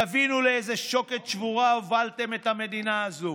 תבינו לאיזו שוקת שבורה הובלתם את המדינה הזו.